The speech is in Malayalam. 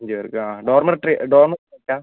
വലിയവർക്ക് ആ ഡോർമെട്രി ഡോർമെട്രിയാണോ